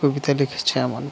কবিতা লিখেছে এমন